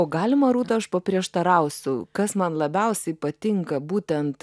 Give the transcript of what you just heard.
o galima rūta aš paprieštarausiu kas man labiausiai patinka būtent